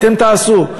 אתם תעשו.